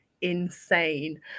insane